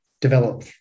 develop